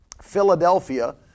Philadelphia